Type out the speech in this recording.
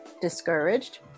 discouraged